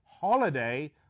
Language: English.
HOLIDAY